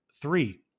three